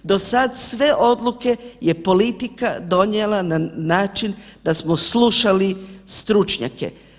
Do sada sve odluke je politika donijela na način da smo slušali stručnjake.